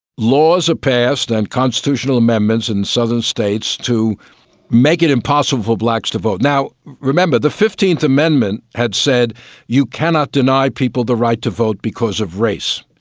laws are passed and constitutional amendments in southern states to make it impossible for blacks to vote. remember, the fifteenth amendment had said you cannot deny people the right to vote because of race.